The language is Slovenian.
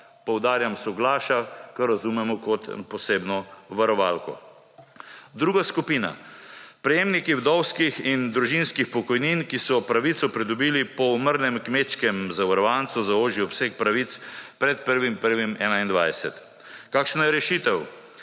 poudarjam soglaša, kar razumemo kot posebno varovalko. Druga skupina, prejemnikih vdovskih in družinskih pokojnin, ki so pravico pridobili po umrlem kmečkem zavarovancu za ožji obseg pravic pred 1.1. 2021. Kakšna je rešitev?